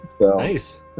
Nice